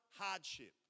hardship